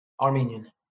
Armenian